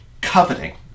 Coveting